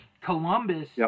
Columbus